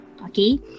Okay